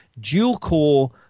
dual-core